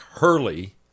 hurley